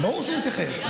ברור שאני אתייחס.